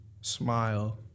smile